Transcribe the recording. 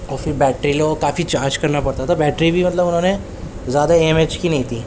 اور پھر بیٹری لو کافی چارج کرنا پڑتا تھا بیٹری بھی مطلب انہوں نے زیادہ ایم یج کی نہیں تھی